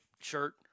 shirt